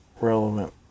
relevant